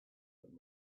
that